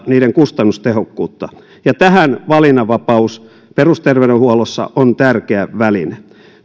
niiden kustannustehokkuutta tähän valinnanvapaus perusterveydenhuollossa on tärkeä väline